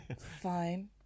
fine